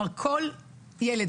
כל ילד,